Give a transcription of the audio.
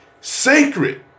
sacred